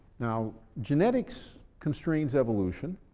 now genetics constrains evolution,